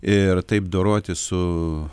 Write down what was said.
ir taip dorotis su